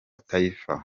taifa